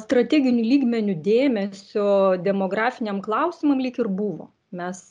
strateginiu lygmeniu dėmesio demografiniam klausimam lyg ir buvo mes